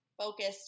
focused